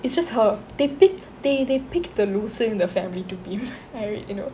it's just her they pick they they picked the loser in the family to be married you know